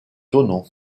tonneau